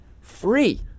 free